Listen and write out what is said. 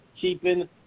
keeping